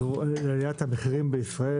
אין ספק שהקרקע היא הגורם לעליית המחירים בישראל.